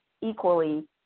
equally